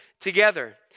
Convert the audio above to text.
together